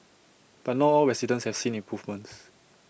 but not all residents have seen improvements